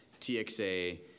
TXA